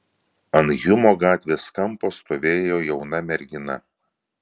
ant hjumo gatvės kampo stovėjo jauna mergina